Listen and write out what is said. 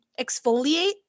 exfoliate